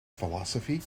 philosophy